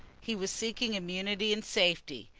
he was seeking immunity and safety.